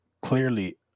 clearly